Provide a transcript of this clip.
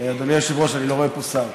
אדוני היושב-ראש, אני לא רואה פה שר.